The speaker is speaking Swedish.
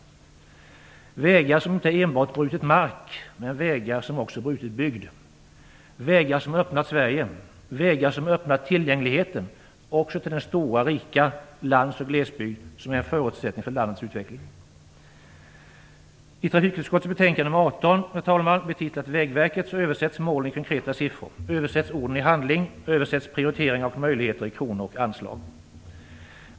Det handlar om vägar som inte enbart brutit mark utan som också brutit bygd, vägar som öppnat Sverige och tillgängligheten också till den stora rika landsoch glesbygd som är en förutsättning för landets utveckling. Herr talman! I trafikutskottets betänkande nr 18 med titeln Vägverket översätts målen till konkreta siffror. Där översätts orden till handling och prioriteringar och möjligheter till kronor och anslag.